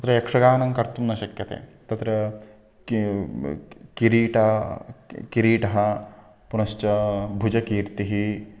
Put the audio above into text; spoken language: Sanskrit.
तत्र यक्षगानं कर्तुं न शक्यते तत्र कि किरीटः किरीटः पुनश्च भुजकीर्तिः